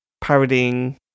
parodying